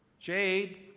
jade